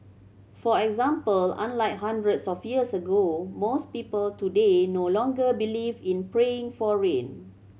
for example unlike hundreds of years ago most people today no longer believe in praying for rain